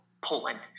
Poland